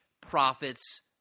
profits